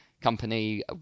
company